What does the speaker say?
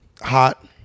hot